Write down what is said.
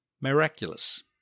miraculous